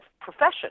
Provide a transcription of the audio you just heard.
profession